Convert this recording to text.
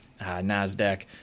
Nasdaq